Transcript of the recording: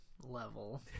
level